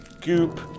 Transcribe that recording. goop